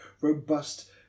robust